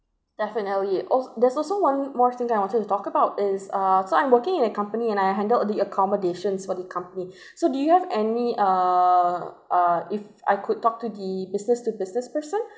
definitely als~ there's also one more thing I wanted to talk about is uh so I'm working in a company and I handled the accommodations for the company so do you have any uh if I could talk to the business to business person